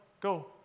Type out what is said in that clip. go